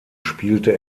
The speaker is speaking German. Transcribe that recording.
spielte